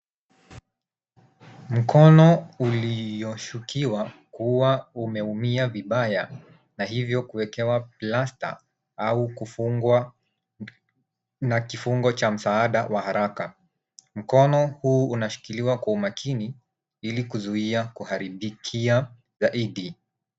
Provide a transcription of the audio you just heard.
Mkono ulioshukiwa kuwa umeumia vibaya na hivyo kuwekewa plasta au kufungwa na kifungo cha msaada wa haraka. Mkono huu unashikiliwa kwa umakini ili kuzuia kuharibikia zaidi.